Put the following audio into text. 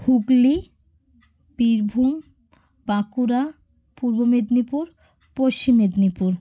Hooghly Birbhum Bankura Purba Medinipur Paschim Medinipur